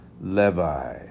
Levi